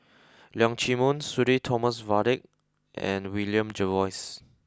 Leong Chee Mun Sudhir Thomas Vadaketh and William Jervois